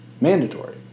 mandatory